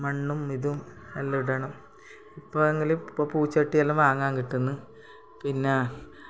മണ്ണും ഇതും എല്ലോടണം ഇപ്പാണെങ്കിൽ ഇപ്പം പൂ ചട്ടിയെല്ലാം വാങ്ങാൻ കിട്ടുന്നു പിന്നെ